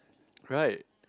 right